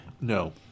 No